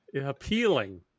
appealing